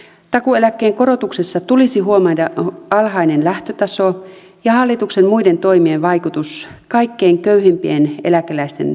takuueläkkeen korotuksessa tulisi huomioida alhainen lähtötaso ja hallituksen muiden toimien vaikutus kaikkein köyhimpien eläkeläisten talouteen